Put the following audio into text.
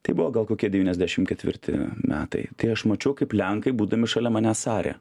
tai buvo gal kokie devyniasdešim ketvirti metai tai aš mačiau kaip lenkai būdami šalia manęs arė